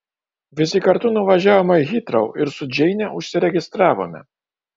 visi kartu nuvažiavome į hitrou ir su džeine užsiregistravome